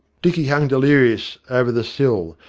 dicky hung delirious over the sill,